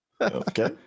Okay